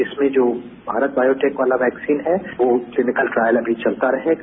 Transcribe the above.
इसमें जो भारत बायोटैक वाला वेक्सीन है वो क्लीकल ट्रायल अमी चलता रहेगा